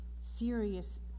serious